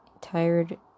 tired